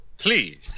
Please